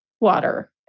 water